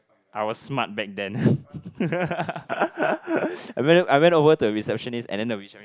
I was smart back then I went I went over to the receptionist and the receptionist